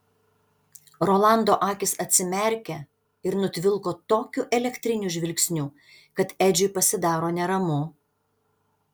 rolando akys atsimerkia ir nutvilko tokiu elektriniu žvilgsniu kad edžiui pasidaro neramu